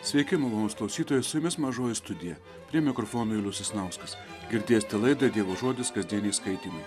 sveiki malonūs klausytojai su jumis mažoji studija prie mikrofono julius sasnauskas girdėsite laidą dievo žodis kasdieniai skaitymai